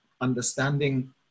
understanding